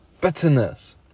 bitterness